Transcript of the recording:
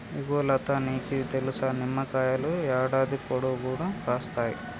ఇగో లతా నీకిది తెలుసా, నిమ్మకాయలు యాడాది పొడుగునా కాస్తాయి